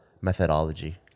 methodology